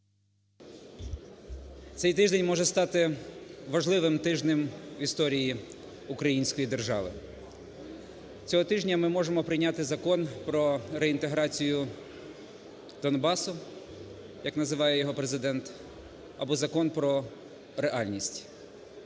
Цей тиждень може стати важливим тижнем в історії української держави. цього тижня ми можемо прийняти закон про реінтеграцію Донбасу, як називає його Президент, або закон про реальність.